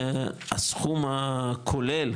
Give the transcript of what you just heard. הסכום הכולל,